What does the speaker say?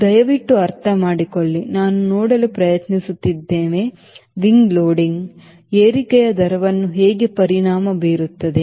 ದಯವಿಟ್ಟು ಅರ್ಥಮಾಡಿಕೊಳ್ಳಿ ನಾವು ನೋಡಲು ಪ್ರಯತ್ನಿಸುತ್ತಿದ್ದೇವೆ wingloading ಏರಿಕೆಯ ದರವನ್ನು ಹೇಗೆ ಪರಿಣಾಮ ಬೀರುತ್ತದೆ